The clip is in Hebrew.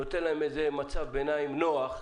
נותנים להם איזה מצב ביניים נוח,